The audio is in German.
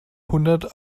hundert